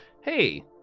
Hey